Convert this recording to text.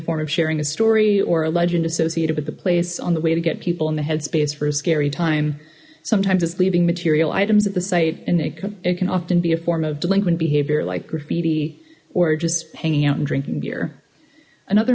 form of sharing a story or a legend associated with the place on the way to get people in the headspace for a scary time sometimes it's leaving material items at the site and nick it can often be a form of delinquent behavior like graffiti or just hanging out and drinking beer another